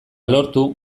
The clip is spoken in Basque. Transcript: lortu